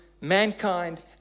mankind